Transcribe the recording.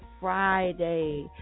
Friday